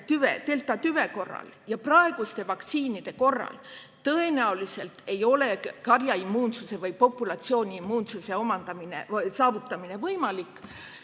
deltatüve korral ja praeguste vaktsiinide korral tõenäoliselt ei ole karjaimmuunsuse või populatsiooni immuunsuse saavutamine võimalik.